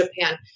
Japan